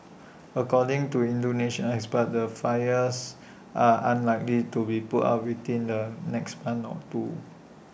according to Indonesian experts the fires are unlikely to be put out within the next month or two